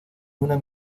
una